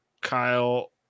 Kyle